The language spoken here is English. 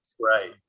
Right